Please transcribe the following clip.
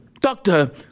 doctor